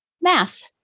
math